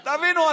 תבינו,